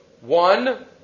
One